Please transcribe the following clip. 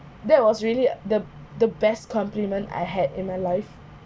that was really the the best compliment I had in my life